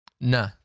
No